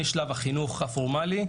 משלב החינוך הפורמלי,